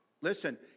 Listen